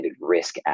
risk